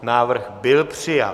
Návrh byl přijat.